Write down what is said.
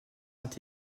saint